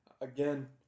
Again